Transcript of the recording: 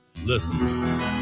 listen